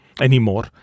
anymore